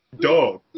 dog